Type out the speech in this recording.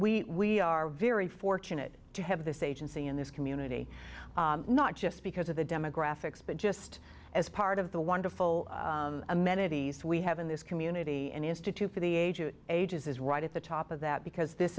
community we are very fortunate to have this agency in this community not just because of the demographics but just as part of the wonderful amenities we have in this community an institute for the age of ages is right at the top of that because this